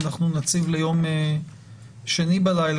אנחנו נציב ליום שני בלילה,